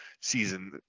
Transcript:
season